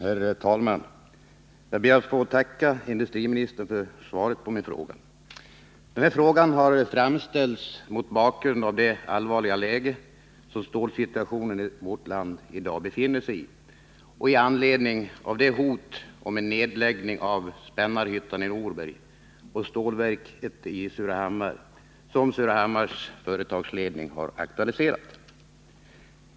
Herr talman! Jag ber att få tacka industriministern för svaret på min fråga. Frågan har framställts mot bakgrunden av det allvarliga läge som stålsituationen i vårt land i dag befinner sig i och med anledning av det hot om en nedläggning av Spännarhyttan i Norberg och stålverket i Surahammar som Surahammars företagsledning aktualiserat.